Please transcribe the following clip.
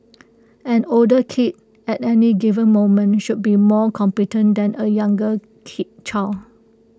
an older kid at any given moment should be more competent than A younger kid child